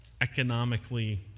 economically